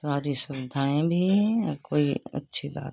सारी सुविधाएँ भी हैं और कोई अच्छी बात